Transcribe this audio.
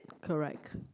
correct